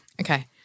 Okay